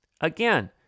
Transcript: Again